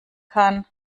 kann